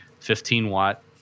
15-watt